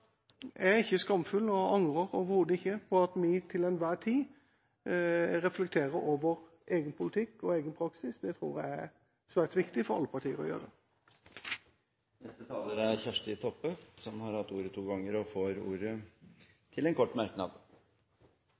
jeg er ikke skamfull, og jeg angrer overhodet ikke på at vi til enhver tid reflekterer over egen politikk og egen praksis. Det tror jeg det er svært viktig for alle partier å gjøre. Representanten Kjersti Toppe har hatt ordet to ganger tidligere og får ordet til en kort merknad,